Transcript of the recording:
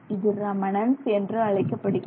இது ரெமனென்ஸ் என்று அழைக்கப்படுகிறது